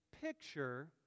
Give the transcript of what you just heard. picture